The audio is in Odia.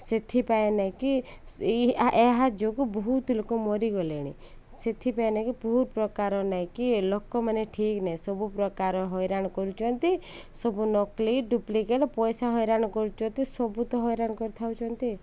ସେଥିପାଇଁ ନାହିଁ କି ଏହା ଯୋଗୁଁ ବହୁତ ଲୋକ ମରିଗଲେଣି ସେଥିପାଇଁ ନାହିଁ କିି ବହୁତ ପ୍ରକାର ନାହିଁକି ଲୋକମାନେ ଠିକ୍ ନାହିଁ ସବୁ ପ୍ରକାର ହଇରାଣ କରୁଛନ୍ତି ସବୁ ନକଲି ଡୁପ୍ଲିକେଟ୍ ପଇସା ହଇରାଣ କରୁଛନ୍ତି ସବୁ ତ ହଇରାଣ କରିଥାଉଛନ୍ତି